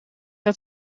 het